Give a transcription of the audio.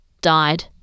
died